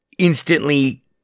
instantly